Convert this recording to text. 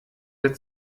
der